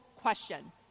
Question